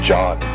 John